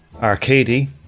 Arcady